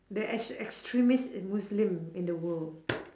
the ex~ extremist muslim in the world